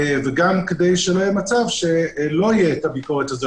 וגם כדי שלא יהיה מצב שלא תהיה הביקורת הזאת.